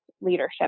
leadership